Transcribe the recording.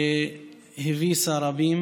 שהביסה רבים,